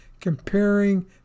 comparing